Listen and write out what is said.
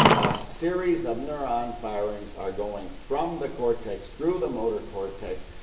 a series of neurone firings are going from the cortex, through the motor cortex,